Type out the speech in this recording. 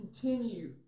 continue